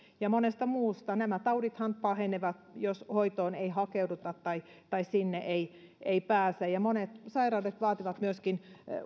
ja monesta muusta nämä taudithan pahenevat jos hoitoon ei hakeuduta tai tai sinne ei ei pääse ja monet sairaudet vaativat myöskin